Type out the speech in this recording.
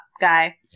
guy